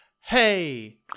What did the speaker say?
Hey